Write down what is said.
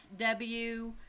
fw